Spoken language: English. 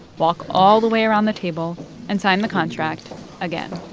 walk all the way around the table and sign the contract again.